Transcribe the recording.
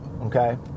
Okay